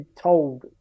told